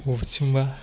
बबेथिंबा